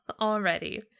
already